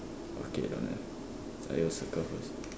okay don't have !aiyo! circle first